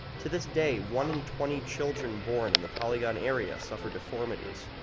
to this day one in twenty children born in the polygon area suffer deformities.